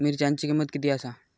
मिरच्यांची किंमत किती आसा?